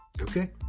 Okay